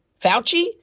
Fauci